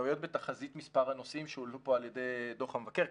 הטעויות בתחזית מספר הנוסעים שהועלו פה על ידי דוח המבקר.